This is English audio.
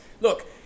look